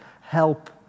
help